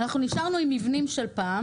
אנחנו נשארנו עם מבנים של פעם